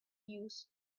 use